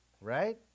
right